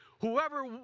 whoever